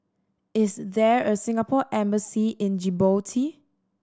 is there a Singapore Embassy in Djibouti